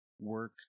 work